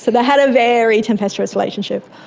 so they had a very tempestuous relationship.